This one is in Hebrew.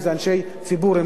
אם אנשי ציבור,